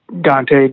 Dante